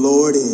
Lord